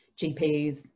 GPs